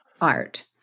art